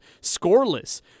scoreless